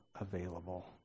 available